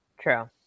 True